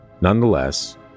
Nonetheless